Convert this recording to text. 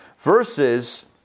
versus